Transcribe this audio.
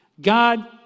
God